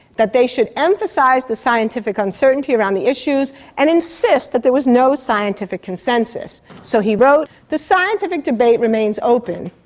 that they should emphasise the scientific uncertainty around the issues and insist that there was no scientific consensus. so he wrote, the scientific debate remains open,